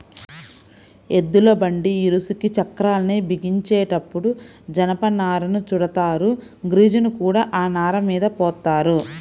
ఎద్దుల బండి ఇరుసుకి చక్రాల్ని బిగించేటప్పుడు జనపనారను చుడతారు, గ్రీజుని కూడా ఆ నారమీద పోత్తారు